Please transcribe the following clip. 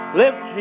lift